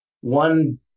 one